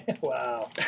wow